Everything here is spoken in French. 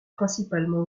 principalement